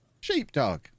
Sheepdog